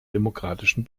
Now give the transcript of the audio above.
demokratischen